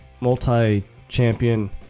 multi-champion